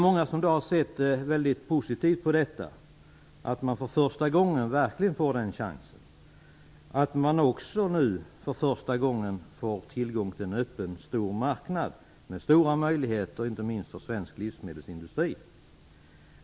Många har sett väldigt positivt på detta, att man för första gången verkligen får den chansen, att man också nu för första gången får tillgång till en öppen stor marknad, med samma möjligheter inte minst för svensk livsmedelsindustri.